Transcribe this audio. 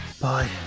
Bye